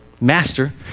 Master